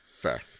fair